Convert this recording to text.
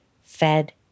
fed